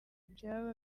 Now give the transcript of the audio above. byaba